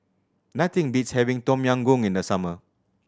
nothing beats having Tom Yam Goong in the summer